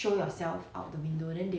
mmhmm